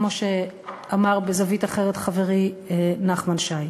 כמו שאמר מזווית אחרת חברי נחמן שי,